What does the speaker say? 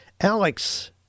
Alex